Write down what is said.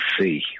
see